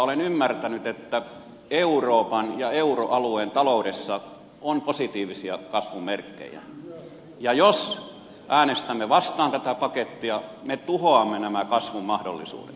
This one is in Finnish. olen ymmärtänyt että euroopan ja euroalueen taloudessa on positiivisia kasvun merkkejä ja jos äänestämme vastaan tätä pakettia me tuhoamme nämä kasvun mahdollisuudet